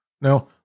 Now